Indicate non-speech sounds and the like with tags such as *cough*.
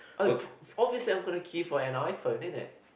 *noise* *breath* obviously I am gonna key for an iphone in it